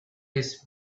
his